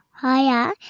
Hiya